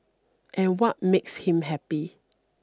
and what makes him happy